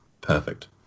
perfect